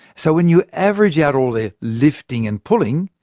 so when you average out all their lifting and pulling,